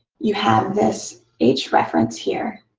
you have this h reference here